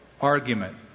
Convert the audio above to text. argument